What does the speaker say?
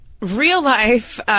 real-life